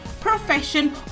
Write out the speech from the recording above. profession